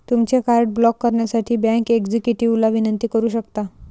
तुमचे card block करण्यासाठी bank एक्झिक्युटिव्हला विनंती करू शकता